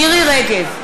מירי רגב,